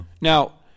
Now